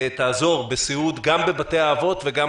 שתעזור בסיעוד גם בבתי האבות וגם